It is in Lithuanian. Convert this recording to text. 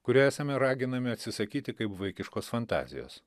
kurio esame raginami atsisakyti kaip vaikiškos fantazijos